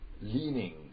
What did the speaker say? leaning